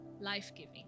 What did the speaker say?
life-giving